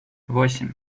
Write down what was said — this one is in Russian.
восемь